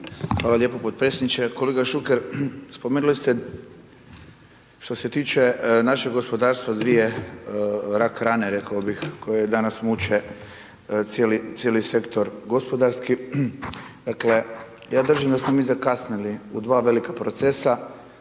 Hvala lijep potpredsjedniče. Kolega Šuker, spomenuli ste, što se tiče našeg gospodarstva, dvije rak rane, rekao bih koje danas muče cijeli sektor gospodarski. Dakle, ja držim da smo mi zakasnili u dva velika procesa